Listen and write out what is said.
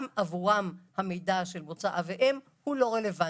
גם עבורם המידע של מוצא אב ואם הוא לא רלוונטי.